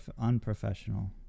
unprofessional